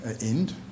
end